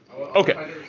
Okay